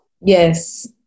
Yes